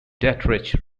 dietrich